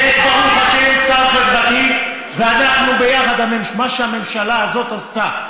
כי איפה שמשה היה, והוא לא במפלגה שלי,